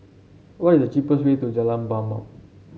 what is the cheapest way to Jalan Mamam